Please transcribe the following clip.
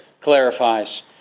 clarifies